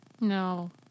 No